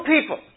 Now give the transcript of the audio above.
people